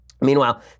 meanwhile